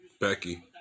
Becky